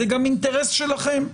זה גם אינטרס שלכם.